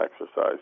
exercise